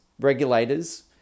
regulators